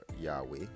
Yahweh